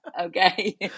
okay